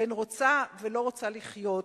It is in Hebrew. בין רוצה ולא רוצה לחיות,